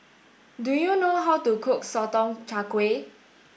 do you know how to cook Sotong Char Kway